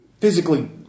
physically